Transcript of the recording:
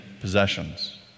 possessions